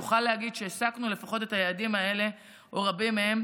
נוכל להגיד שהשגנו לפחות את היעדים האלה או רבים מהם.